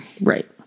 Right